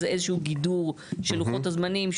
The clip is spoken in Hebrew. זהו איזה שהוא גידור של לוחות הזמנים,